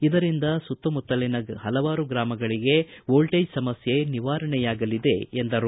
ಇದರಿಂದ ಸುತ್ತಮುತ್ತಲಿನ ಪಲವಾರು ಗ್ರಾಮಗಳಗೆ ವೋಲ್ಲೇಜ್ ಸಮಸ್ಟೆ ನಿವಾರಣೆಯಾಗಲಿದೆ ಎಂದರು